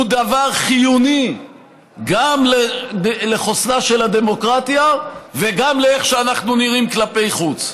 הוא דבר חיוני גם לחוסנה של הדמוקרטיה וגם לאיך שאנחנו נראים כלפי חוץ.